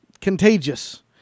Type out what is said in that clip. contagious